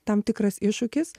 tam tikras iššūkis